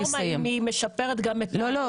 הרפורמה, אם היא משפרת גם את --- של